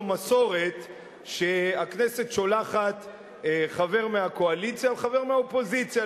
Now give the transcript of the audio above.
זו מסורת שהכנסת שולחת חבר מהקואליציה וחבר מהאופוזיציה.